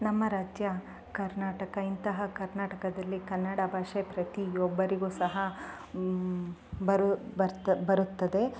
ನಮ್ಮ ರಾಜ್ಯ ಕರ್ನಾಟಕ ಇಂತಹ ಕರ್ನಾಟಕದಲ್ಲಿ ಕನ್ನಡ ಭಾಷೆ ಪ್ರತಿಯೊಬ್ಬರಿಗು ಸಹ ಬರು ಬರ್ತ ಬರುತ್ತದೆ